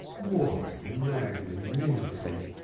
what magnanimity,